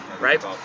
right